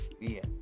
Yes